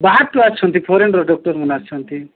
ବାହାରୁ ତୁ ଆସିଛନ୍ତି ଫରେନ୍ରୁ ଡକ୍ଟର ଆସିଛନ୍ତି